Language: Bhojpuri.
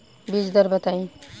बीज दर बताई?